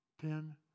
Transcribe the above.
ten